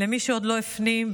למי שעוד לא הפנים,